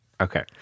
Okay